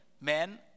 men